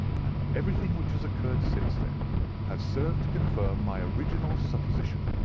and everything which has occurred since then has served to confirm my original supposition,